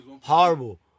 Horrible